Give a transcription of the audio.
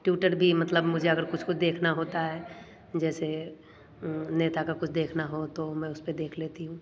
Twitter भी मतलब मुझे अगर कुछ कुछ देखना होता है जैसे नेता का कुछ देखना हो तो मैं उसे पर देख लेती हूँ तो